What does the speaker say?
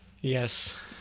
Yes